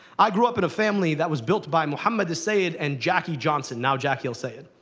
i grew up in a family that was built by mohamed el-sayed and jackie johnson, now jackie el-sayed.